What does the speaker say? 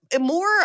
more